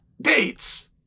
dates